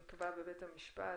נקבע בבית המשפט,